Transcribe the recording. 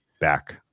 back